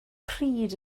pryd